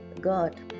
God